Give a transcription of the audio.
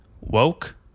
woke